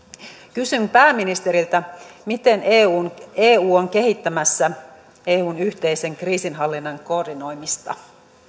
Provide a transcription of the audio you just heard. kysyn pääministeriltä miten eu on kehittämässä eun yhteisen kriisinhallinnan koordinoimista